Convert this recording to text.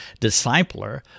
discipler